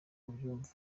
mubyumva